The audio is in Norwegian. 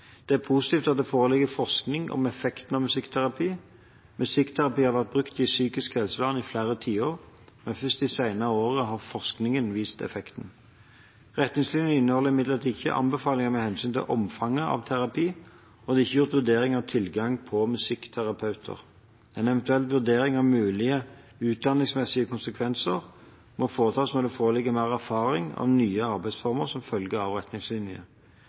Det er positivt at det foreligger forskning om effekter av musikkterapi. Musikkterapi har vært brukt i psykisk helsevern i flere tiår, men først de senere årene har forskningen vist effekt. Retningslinjen inneholder imidlertid ikke anbefalinger med hensyn til omfang av slik terapi, og det er ikke gjort vurdering av tilgangen på musikkterapeuter. En eventuell vurdering av mulige utdanningsmessige konsekvenser må foretas når det foreligger mer erfaringer med nye arbeidsformer som følge